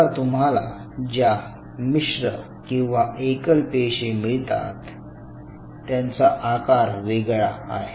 आता तुम्हाला ज्या मिश्र किंवा एकल पेशी मिळतात त्यांचा आकार वेगळा आहे